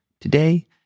today